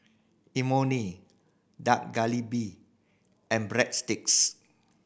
Imoni Dak Galbi and Breadsticks